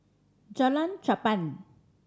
Jalan Cherpen